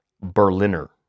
Berliner